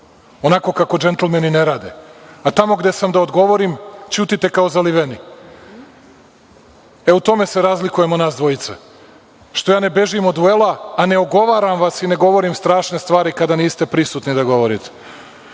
onako kako džentlmeni ne rade. A tamo gde sam da vam odgovorim ćutite kao zaliveni. U tome se razlikujemo nas dvojica, što ja ne bežim od duela a ne ogovaram vas i ne govorim strašne stvari kada niste prisutni da govorite. Sada